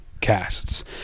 casts